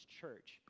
church